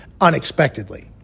unexpectedly